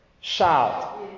Shout